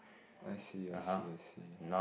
I see I see I see